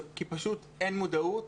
כי פשוט אין מודעות,